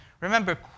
remember